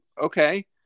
okay